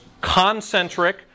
concentric